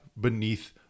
beneath